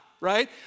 right